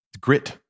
grit